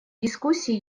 дискуссии